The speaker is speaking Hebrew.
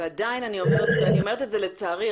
ועדיין, אני אומרת את זה לצערי.